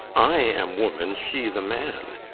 i am woman, she the man.